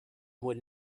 would